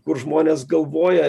kur žmonės galvoja